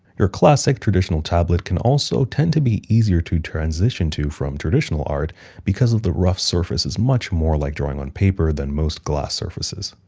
your classic, traditional tablet can also tend to be easier to transition to from traditional art because of the rough surface is much more like drawing on paper than most glass surfaces.